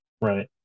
right